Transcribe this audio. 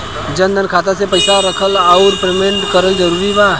जनधन खाता मे पईसा रखल आउर मेंटेन करल जरूरी बा?